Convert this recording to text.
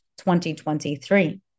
2023